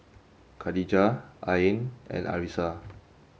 Khadija Ain and Arissa